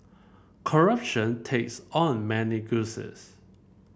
corruption takes on many guises